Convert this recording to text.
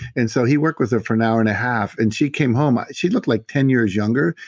and so he worked with her for an hour and a half and she came home, ah she looked like ten years younger.